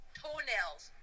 toenails